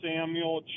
Samuel